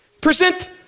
Present